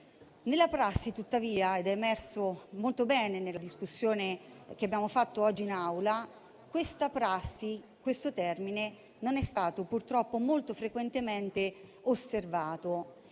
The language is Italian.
Nella prassi tuttavia - ed è emerso molto bene nella discussione che abbiamo svolto oggi in Aula - questo termine non è stato purtroppo molto frequentemente osservato.